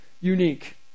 Unique